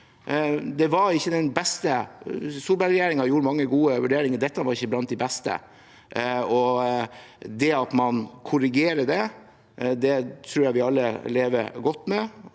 denne kampen. Solberg-regjeringen gjorde mange gode vurderinger, men dette var ikke blant de beste. Det at man korrigerer det, tror jeg vi alle lever godt med.